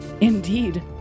Indeed